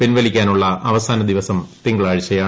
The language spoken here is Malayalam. പിൻവലിക്കാനുള്ള അവസാന ദിവസം തിങ്കളാഴ്ചയാണ്